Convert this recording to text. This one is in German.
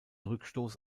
rückstoß